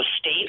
state